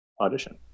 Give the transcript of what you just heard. audition